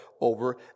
over